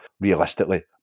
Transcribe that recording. realistically